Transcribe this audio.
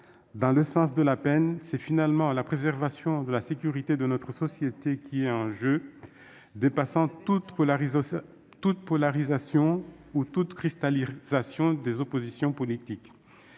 Dans le sens de la peine, c'est finalement la préservation de la sécurité de notre société qui est en jeu, dépassant toute polarisation ou toute cristallisation des oppositions politiques.